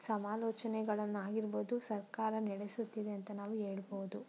ಸಮಾಲೋಚನೆಗಳನ್ನು ಆಗಿರ್ಬೋದು ಸರ್ಕಾರ ನಡೆಸುತ್ತಿದೆಂತ ನಾವು ಹೇಳ್ಬೋದು